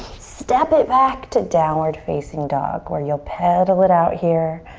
step it back to downward facing dog where you'll peddle it out here.